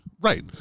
Right